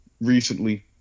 recently